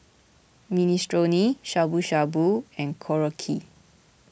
Minestrone Shabu Shabu and Korokke